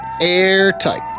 Airtight